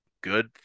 good